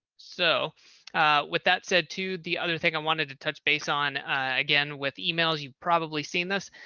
so with that said to the other thing i wanted to touch base on again, with emails, you've probably seen this,